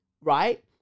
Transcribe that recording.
right